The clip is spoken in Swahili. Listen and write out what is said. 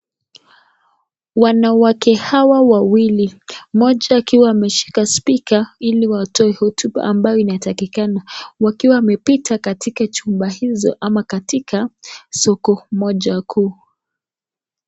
Wanawake hawa wawili, moja akiwa ameshika speaker ili watoe hotuba ambayo inatakikana wakiwa wamepita katika chumba hizo au katika soko moja kuu.